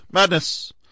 Madness